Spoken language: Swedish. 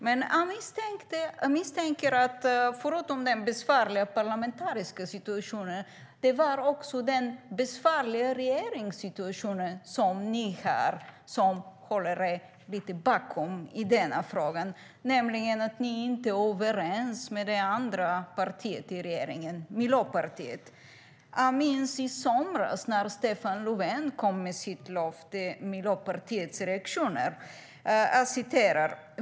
Men jag misstänker att förutom den besvärliga parlamentariska situationen är det den besvärliga regeringssituationen som ni har som gör att ni håller er lite bakom i denna fråga, nämligen att ni inte är överens med det andra partiet i regeringen, Miljöpartiet. Jag minns i somras Miljöpartiets reaktioner när Stefan Löfven kom med sitt löfte.